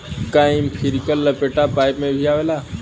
का इस्प्रिंकलर लपेटा पाइप में भी आवेला?